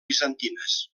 bizantines